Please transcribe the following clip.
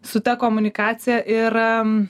su ta komunikacija ir